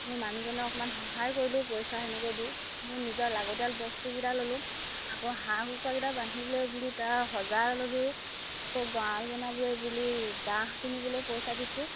মোৰ মানুহজনক অলপমান সহায় কৰিলোঁ পইচা সেনেকে দি মোৰ নিজৰ লাগতিয়াল বস্তুকিটা ল'লোঁ আকৌ হাঁহ কুকুৰাকেইটা বান্ধিবলৈ বুলি তাৰ সজা ল'লোঁ আকৌ গঁৰাল বনাবলৈ বুলি বাঁহ কিনিবলৈ পইচা দিছোঁ